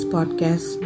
Podcast